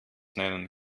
nennen